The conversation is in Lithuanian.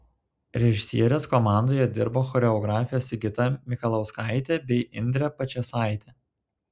režisierės komandoje dirbo choreografės sigita mikalauskaitė bei indrė pačėsaitė